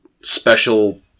special